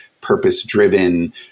purpose-driven